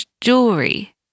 jewelry